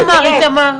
איתמר, איתמר.